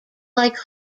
like